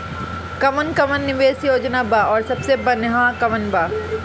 कवन कवन निवेस योजना बा और सबसे बनिहा कवन बा?